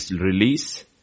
release